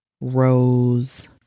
rose